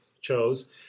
chose